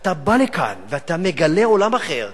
ואתה בא לכאן ומגלה עולם אחר,